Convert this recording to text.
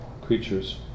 creatures